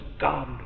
God